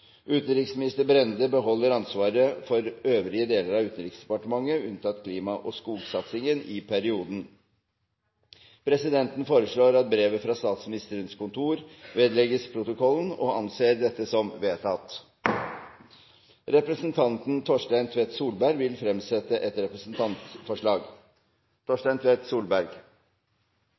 Utenriksminister Brende beholder ansvaret for øvrige deler av Utenriksdepartementet i perioden.» Presidenten foreslår at brevet fra Statsministerens kontor vedlegges protokollen – og anser det som vedtatt. Representanten Torstein Tvedt Solberg vil fremsette et representantforslag.